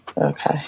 Okay